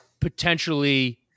potentially